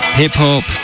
hip-hop